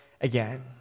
again